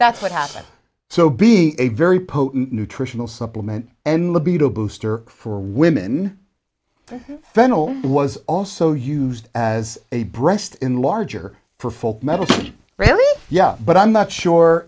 that's what happened so being a very potent nutritional supplement and libido booster for women phenol was also used as a breast in larger for full metal really yeah but i'm not sure